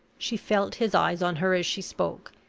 she felt his eyes on her as she spoke,